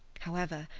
however,